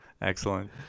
Excellent